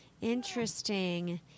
Interesting